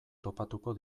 topatuko